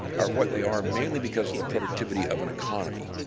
are what they are mainly because of the productivity of an economy.